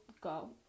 go